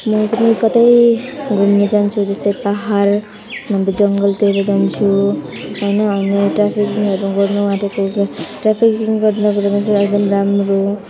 म पनि कतै घुम्न जान्छु जस्तो पहाड नभए जङ्गलतिर जान्छु होइन अनि ट्राफिकिङहरू गर्नु आँटेको ट्राफिकिङ गर्नुको लागि चाहिँ एकदम राम्रो